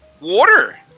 water